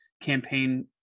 campaign